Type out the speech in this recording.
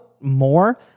more